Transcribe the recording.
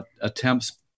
attempts